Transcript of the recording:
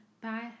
Bye